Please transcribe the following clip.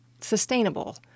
sustainable